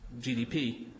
gdp